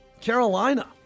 Carolina